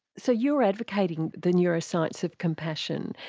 so you're advocating the neuroscience of compassion.